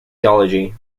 theology